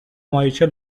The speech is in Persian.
ماهیچه